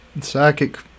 psychic